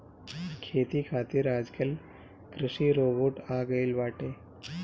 खेती खातिर आजकल कृषि रोबोट आ गइल बाटे